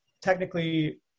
technically